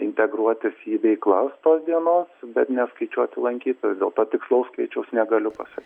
integruotis į veiklas tos dienos bet neskaičiuoti lankytojų dėl to tikslaus skaičiaus negaliu pasa